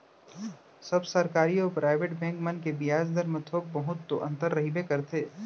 सब सरकारी अउ private bank मन के बियाज दर म थोक बहुत तो अंतर रहिबे करथे